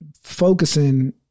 focusing